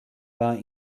war